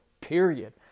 period